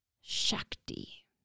shakti